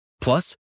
plus